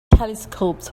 telescopes